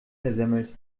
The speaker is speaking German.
versemmelt